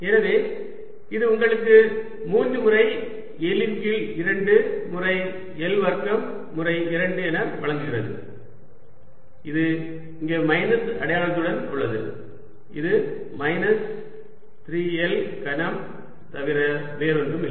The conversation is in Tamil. எனவே இது உங்களுக்கு 3 முறை L இன் கீழ் 2 முறை L வர்க்கம் முறை 2 ஐ வழங்குகிறது இது இங்கே மைனஸ் அடையாளத்துடன் உள்ளது இது மைனஸ் 3 L கனம் தவிர வேறு ஒன்றும் இல்லை